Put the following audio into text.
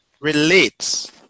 relates